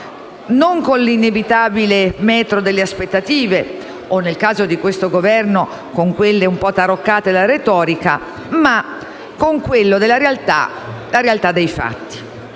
non con l'inevitabile metro delle aspettative o, nel caso di questo Governo, con quello un po' taroccato della retorica, ma con il metro della realtà dei fatti.